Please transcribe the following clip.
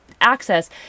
access